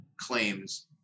claims